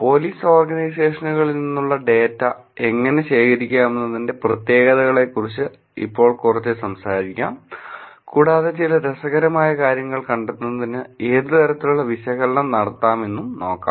police ഓർഗനൈസേഷനുകളിൽ നിന്നുള്ള data എങ്ങനെ ശേഖരിക്കാമെന്നതിന്റെ പ്രത്യേകതകളെക്കുറിച്ച് ഇപ്പോൾ കുറച്ച് സംസാരിക്കാം കൂടാതെ ചില രസകരമായ കാര്യങ്ങൾ കണ്ടെത്തുന്നതിന് ഏത് തരത്തിലുള്ള വിശകലനം നടത്താം എന്നും നോക്കാം